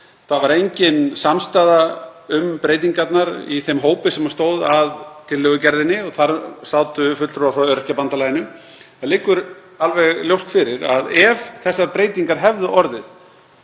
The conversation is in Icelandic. Það var engin samstaða um breytingarnar í þeim hópi sem stóð að tillögugerðinni og þar sátu fulltrúar frá Öryrkjabandalaginu. Það liggur alveg ljóst fyrir að ef þessar breytingar hefðu orðið